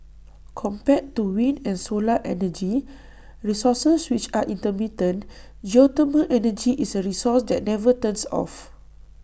compared to wind and solar energy resources which are intermittent geothermal energy is A resource that never turns off